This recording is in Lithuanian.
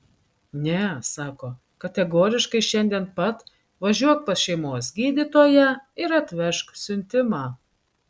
ne sako kategoriškai šiandien pat važiuok pas šeimos gydytoją ir atvežk siuntimą